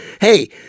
hey